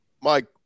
Mike